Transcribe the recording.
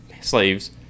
slaves